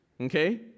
Okay